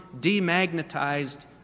demagnetized